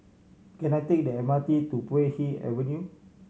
can I take the M R T to Puay Hee Avenue